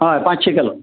हय पांचशीं केलो